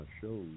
shows